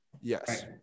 Yes